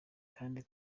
kandi